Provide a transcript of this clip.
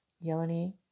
yoni